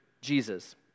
Jesus